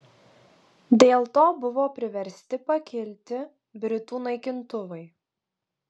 dėl to buvo priversti pakilti britų naikintuvai